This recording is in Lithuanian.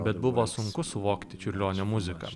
bet buvo sunku suvokti čiurlionio muziką